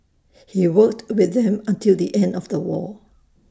he worked with them until the end of the war